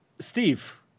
Steve